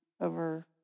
over